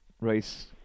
race